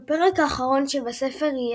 בפרק האחרון שבספר,